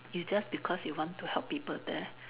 you just because you want to help people there